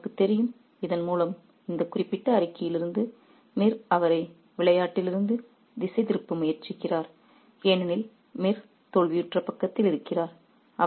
மிர்சாவுக்குத் தெரியும் இதன் மூலம் இந்த குறிப்பிட்ட அறிக்கையிலிருந்து மிர் அவரை விளையாட்டிலிருந்து திசைதிருப்ப முயற்சிக்கிறார் ஏனெனில் மிர் தோல்வியுற்ற பக்கத்தில் இருக்கிறார்